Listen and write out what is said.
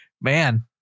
Man